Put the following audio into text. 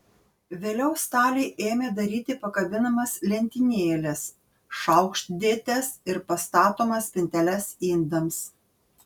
vėliau staliai ėmė daryti pakabinamas lentynėles šaukštdėtes ir pastatomas spinteles indams